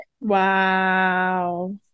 Wow